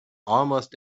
almost